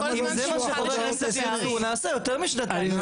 אם זה מה שקורה באמצע --- נעשה יותר משנתיים.